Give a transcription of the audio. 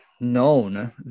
known